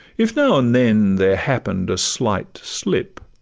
if now and then there happen'd a slight slip,